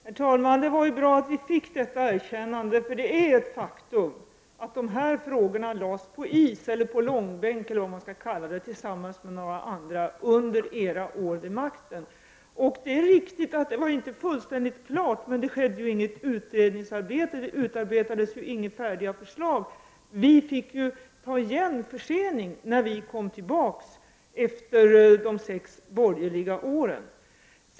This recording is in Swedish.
Herr talman! Det var bra att vi fick detta erkännande. Det är ett faktum att dessa frågor, tillsammans med några andra frågor, lades på is eller i långbänk, vad man nu skall kalla det, under era år vid makten. Det är riktigt att det inte var fullständigt klart, men det skedde inget utredningsarbete och det utarbetades inga färdiga förslag. Vi fick ta igen en försening när vi kom tillbaka efter de sex borgerliga åren.